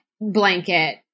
blanket